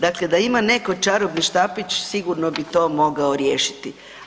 Dakle da ima netko čarobni štapić, sigurno bi to mogao riješiti.